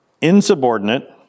insubordinate